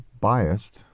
biased